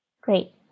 Great